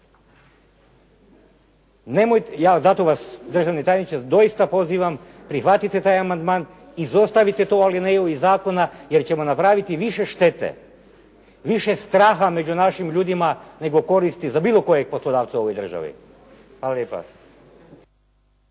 Zato vas državni tajniče doista pozivam prihvatite taj amandman. Izostavite tu alineju iz zakona jer ćemo napraviti više štete, više straha među našim ljudima nego koristi za bilo kojeg poslodavca u ovoj državi. Hvala lijepa.